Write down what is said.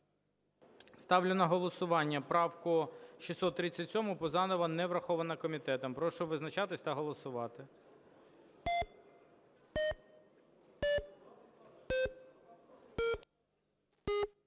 Ставлю на голосування правку 637 Пузанова. Не врахована комітетом. Прошу визначатись та голосувати.